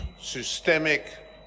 systemic